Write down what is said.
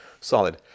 solid